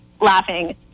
laughing